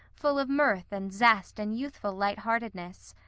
full of mirth and zest and youthful lightheartedness.